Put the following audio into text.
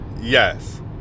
Yes